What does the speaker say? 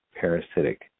parasitic